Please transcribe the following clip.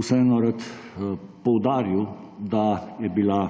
vseeno rad poudaril, da je bila